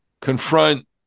confront